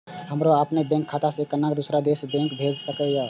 हमरो अपने बैंक खाता से केना दुसरा देश पैसा भेज सके छी?